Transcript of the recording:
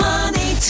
Money